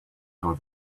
how